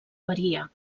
varia